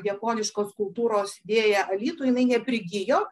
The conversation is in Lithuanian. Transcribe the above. japoniškos kultūros idėją alytuj jinai neprigijo